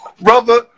brother